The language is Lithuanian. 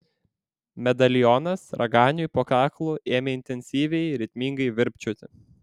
medalionas raganiui po kaklu ėmė intensyviai ritmingai virpčioti